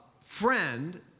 friend